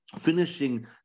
finishing